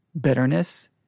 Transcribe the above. bitterness